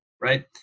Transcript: right